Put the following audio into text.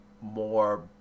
more